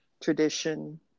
tradition